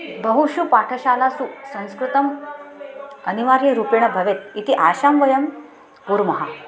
बहुषु पाठशालासु संस्कृतम् अनिवार्यरूपेण भवेत् इति आशां वयं कुर्मः